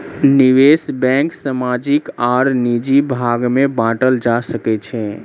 निवेश बैंक सामाजिक आर निजी भाग में बाटल जा सकै छै